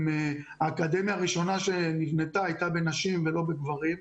האקדמיה הראשונה שנבנתה היתה בנשים ולא בגברים,